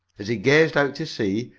as he gazed out to sea,